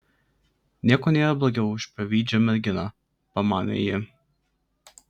nieko nėra blogiau už pavydžią merginą pamanė ji